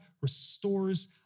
restores